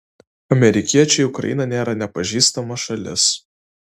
amerikiečiui ukraina nėra nepažįstama šalis